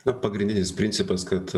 na pagrindinis principas kad